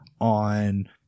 on